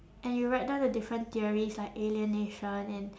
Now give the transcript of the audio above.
and you write down the different theories like alienation and